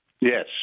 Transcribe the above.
Yes